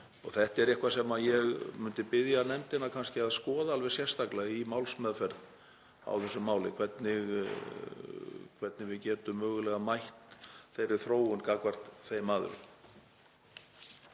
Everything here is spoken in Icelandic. Þetta er eitthvað sem ég myndi biðja nefndina kannski að skoða alveg sérstaklega í málsmeðferð á þessu máli, hvernig við getum mögulega mætt þeirri þróun gagnvart þeim aðilum.